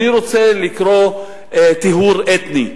אני רוצה לקרוא "טיהור אתני".